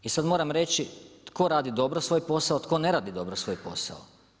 I sad moram reći tko radi dobro svoj posao, tko ne radi dobro svoj posao.